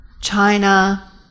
China